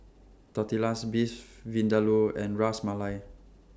Tortillas Beef Vindaloo and Ras Malai